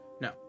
no